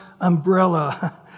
umbrella